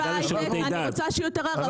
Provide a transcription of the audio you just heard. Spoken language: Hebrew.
אני רוצה שיהיו יותר ערבים בהיי-טק.